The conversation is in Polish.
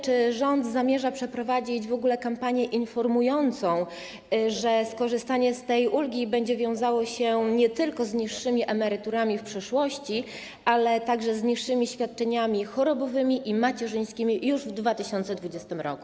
Czy rząd zamierza przeprowadzić kampanię informującą, że skorzystanie z tej ulgi będzie wiązało się nie tylko z niższymi emeryturami w przyszłości, ale także z niższymi świadczeniami chorobowymi i macierzyńskimi już w 2020 r.